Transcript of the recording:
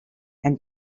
and